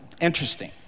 interesting